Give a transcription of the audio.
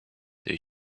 they